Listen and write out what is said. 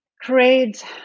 Create